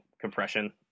compression